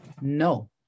no